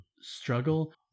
struggle